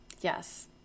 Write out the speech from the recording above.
yes